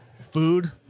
Food